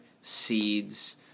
seeds